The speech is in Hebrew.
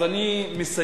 אז אני מסיים,